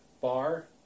bar